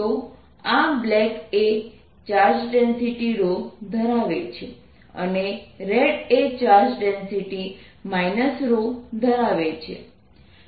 તો આ બ્લેક એ ચાર્જ ડેન્સિટી ધરાવે છે અને રેડ એ ચાર્જ ડેન્સિટી ધરાવે છે